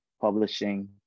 publishing